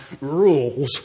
rules